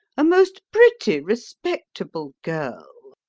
a most pretty, respectable girl.